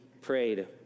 prayed